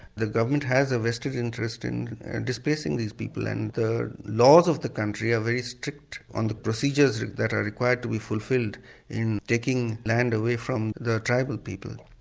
the government has a vested interest in displacing these people and the laws of the country are very strict on the procedures that are required to be fulfilled in taking land away from the tribal people.